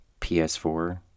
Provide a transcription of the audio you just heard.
PS4